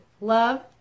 Love